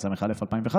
התשס"א 2001,